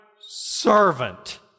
servant